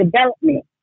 development